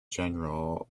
general